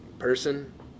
person